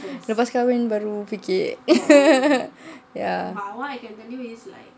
lepas kahwin baru fikir ya